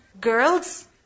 Girls